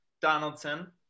Donaldson